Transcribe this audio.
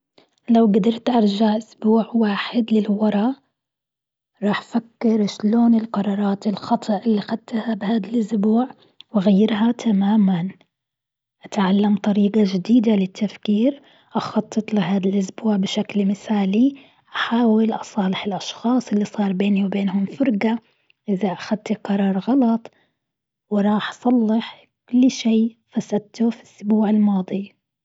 لو قدرت أرجع أسبوع واحد للورا راح فكر ايش لون القرارات الخطأ اللي أخدتها بهاد الأسبوع وأغيرها تماما. أتعلم طريقة جديدة للتفكير أخطط لهاد الأسبوع بشكل مثالي. أحاول أصالح الأشخاص اللي صار بيني وبينهم فرقة إذا أخذت قرار غلط وراح صلح كل شيء فسدته في الأسبوع الماضي.